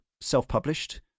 self-published